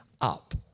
up